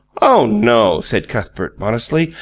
oh, no, said cuthbert modestly.